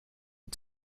are